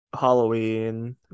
Halloween